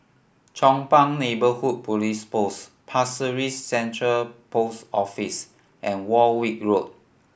Chong Pang Neighbourhood Police Post Pasir Ris Central Post Office and Warwick Road